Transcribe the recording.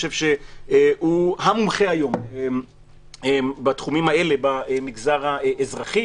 הוא המומחה היום בתחומים האלה במגזר האזרחי.